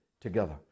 together